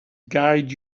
guide